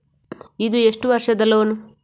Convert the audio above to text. ಇದು ಎಷ್ಟು ವರ್ಷದ ಲೋನ್?